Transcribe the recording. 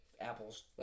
Apple's